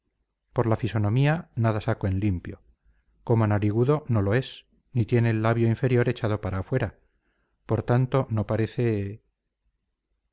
por la fisonomía nada saco en limpio como narigudo no lo es ni tiene el labio inferior echado para afuera por tanto no parece